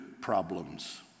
problems